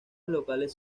locales